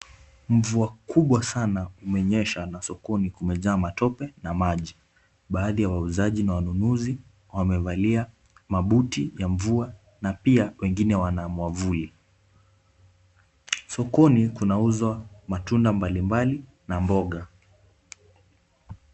Mvua kubwa sana imenyesha na sokoni kumejaa matope na maji. Baadhi ya wauzaji na wanunuzi wamevalia mabuti ya mvua na pia wengine wana mwavuli. Sokoni kunauzwa matunda mbalimbali na mboga.